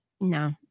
No